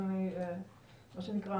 קראת